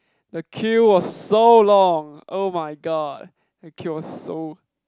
the queue was so long !oh my god! the queue was so